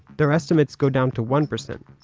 their estimates go down to one percent.